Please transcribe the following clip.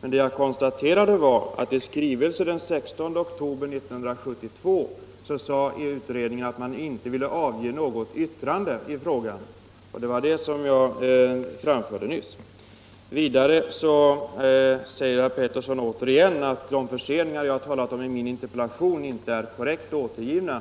men vad jag konstaterade var att i skrivelse av den 16 oktober 1972 förklarade utredningen att man inte ville avge något yttrande i frågan. Det var det som jag nyss framförde. Sedan upprepade herr Pettersson att de förseningar som jag talat om i min interpellation inte är korrekt återgivna.